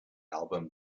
album